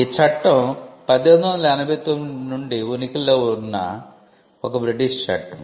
ఈ చట్టం 1889 నుండి ఉనికిలో ఉన్న ఒక బ్రిటిష్ చట్టం